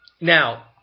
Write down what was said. Now